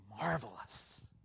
Marvelous